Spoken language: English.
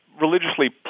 religiously